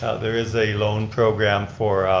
ah there is a loan program for